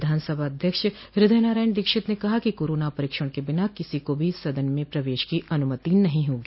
विधानसभा अध्यक्ष हृदय नारायण दीक्षित ने कहा कि कोरोना परीक्षण के बिना किसी को भी सदन में प्रवेश की अनुमति नहीं होगी